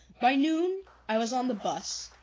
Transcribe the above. by noon i was on the bus,